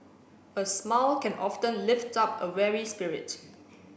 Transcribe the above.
a smile can often lift up a weary spirit